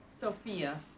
Sophia